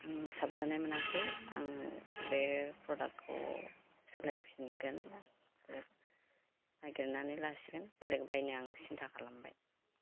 आं साबजानाय मोनाखै आं बे प्रदाकखौ सोलायफिनगोन नागिरनानै लासिगोन बेलेक बायनो आं सिन्था खालामबाय